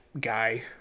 guy